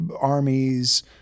armies